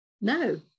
no